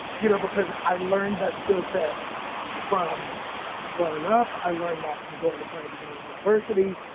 you know, because i learned that skill set from growing up. i learned that from going to carnegie mellon university.